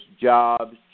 jobs